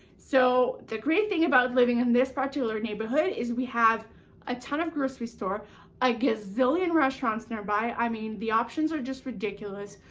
so, the great thing about living in this particular neighbourhood, is we have a ton of grocery stores a gazillion restaurants nearby, i mean the options are just ridiculous,